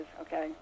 okay